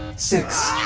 six,